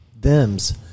thems